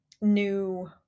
new